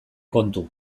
kontu